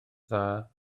dda